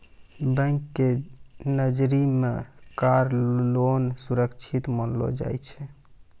bank के नजरी मे कार लोन सुरक्षित मानलो जाय छै